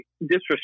disrespect